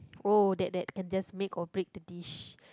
oh that that can just make or break the dish